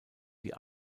die